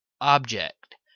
Object